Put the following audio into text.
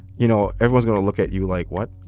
you know, everyone's going look at you like what.